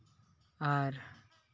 ᱟᱨ